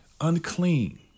unclean